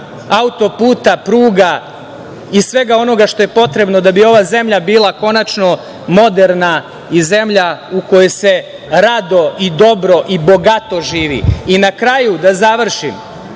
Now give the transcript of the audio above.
autoputa, pruga i svega onoga što je potrebno da bi ova zemlja bila konačno moderna i zemlja u kojoj se rado i dobro i bogato živi. Na kraju, da završim,